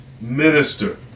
minister